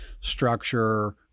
structure